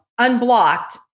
unblocked